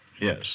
Yes